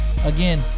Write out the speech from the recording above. again